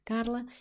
Carla